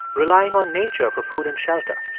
relying on nature for food and shelter.